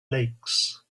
lakes